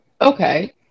Okay